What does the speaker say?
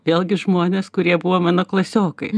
vėlgi žmonės kurie buvo mano klasiokai